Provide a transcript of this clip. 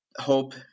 hope